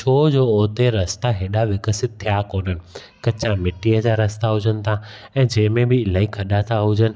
छो जो रस्ता हेॾा विकसित थिया कोन्हनि कचा मिटीअ जा रस्ता हुजनि था ऐं जंहिंमें बि इलाही खॾा था हुजनि